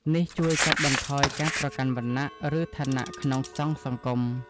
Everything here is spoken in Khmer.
នេះជួយកាត់បន្ថយការប្រកាន់វណ្ណៈ ឬឋានៈក្នុងសង្ឃសង្គម។